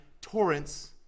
torrents